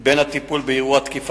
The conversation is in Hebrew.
2. כמה רכשו השכלה תיכונית?